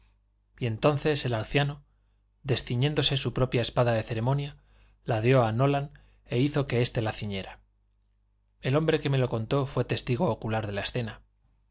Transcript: y entonces el anciano desciñéndose su propia espada de ceremonia la dió a nolan e hizo que éste la ciñera el hombre que me lo contó fué testigo ocular de la escena